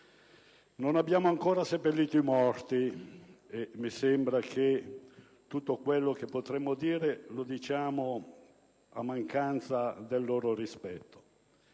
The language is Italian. Non abbiamo ancora seppellito i morti e mi sembra che tutto quello che potremmo dire lo diciamo a mancanza del loro rispetto.